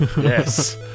Yes